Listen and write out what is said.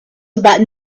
about